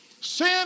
Sin